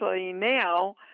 now